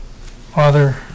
Father